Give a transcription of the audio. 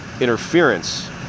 interference